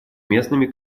местными